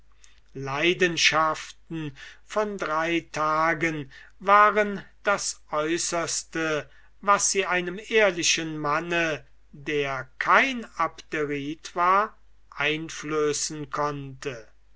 leidenschaften von drei tagen waren das äußerste was sie einem ehrlichen manne der kein abderite war einflößen konnte